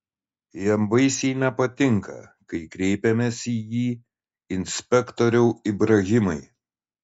jam baisiai nepatinka kai kreipiamės į jį inspektoriau ibrahimai